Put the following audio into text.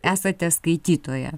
esate skaitytoja